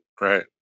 right